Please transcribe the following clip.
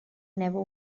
never